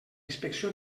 inspecció